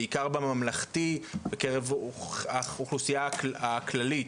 בעיקר בממלכתי בקרב האוכלוסייה הכללית.